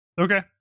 Okay